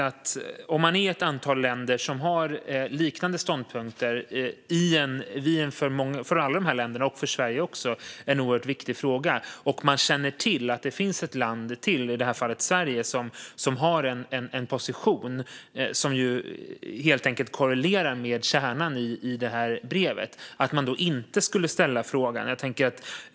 Det är ett antal länder som har liknande ståndpunkter i en för alla av dessa länder och också för Sverige oerhört viktig fråga. Om man känner till att det finns ett land till, i det här fallet Sverige, som har en position som helt enkelt korrelerar med kärnan i brevet, är det lite märkligt att man inte skulle ställa frågan.